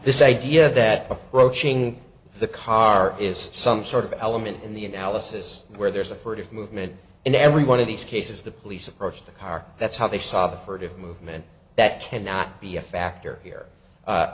this idea that approaching the car is some sort of element in the analysis where there's a furtive movement in every one of these cases the police approached the car that's how they saw the furtive movement that cannot be a factor here